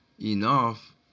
enough